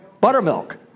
buttermilk